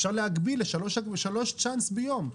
אפשר להגביל לשלוש הגרלות צ'אנס ביום.